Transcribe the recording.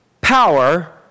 power